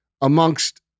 amongst